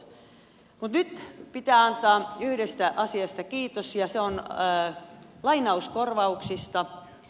mutta nyt pitää antaa yhdestä asiasta kiitos ja se on lainauskorvauksista